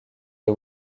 les